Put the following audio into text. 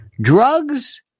Drugs